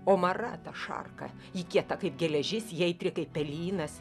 o mara ta šarka ji kieta kaip geležis ji aitri kaip pelynas